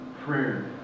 prayer